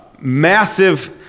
Massive